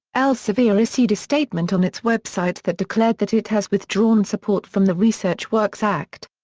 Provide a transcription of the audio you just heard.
elsevier issued a statement on its website that declared that it has withdrawn support from the research works act.